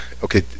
Okay